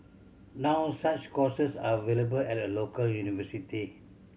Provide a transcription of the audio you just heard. now such courses are available at a local university